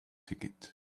ticket